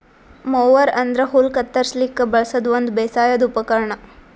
mower ಅಂದ್ರ ಹುಲ್ಲ್ ಕತ್ತರಸ್ಲಿಕ್ ಬಳಸದ್ ಒಂದ್ ಬೇಸಾಯದ್ ಉಪಕರ್ಣ್